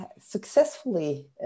successfully